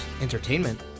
entertainment